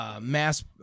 Mass